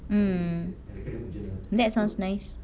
mm that sounds nice